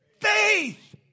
Faith